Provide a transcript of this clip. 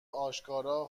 آشکارا